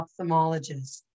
ophthalmologist